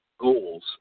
Goals